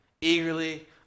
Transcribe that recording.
Eagerly